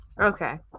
Okay